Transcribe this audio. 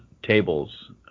tables